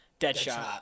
Deadshot